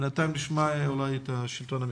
בינתיים נשמע את נציג השלטון המקומי.